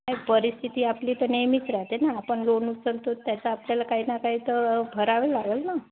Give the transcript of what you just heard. नाही परिस्थिती आपली तर नेहमीच राहते ना आपण लोन उचलतो त्याचं आपल्याला काही ना काही तर भरावं लागेल ना